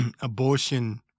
abortion